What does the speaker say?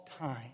time